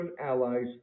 allies